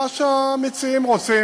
מה שהמציעים רוצים.